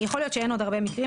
יכול להיות שאין עוד הרבה מקרים,